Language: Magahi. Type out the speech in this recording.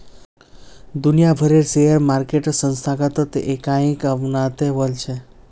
दुनिया भरेर शेयर मार्केट संस्थागत इकाईक अपनाते वॉल्छे